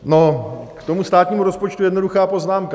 No, k tomu státnímu rozpočtu jednoduchá poznámka.